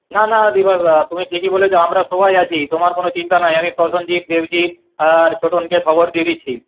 না না বিভাসদা তুমি ঠিকই বলেছ আমরা সবাই আছি তোমার কোনও চিন্তা নেই আমি প্রসেনজিৎ দেবজিৎ আর ছোটনকে খবর দিয়ে দিচ্ছি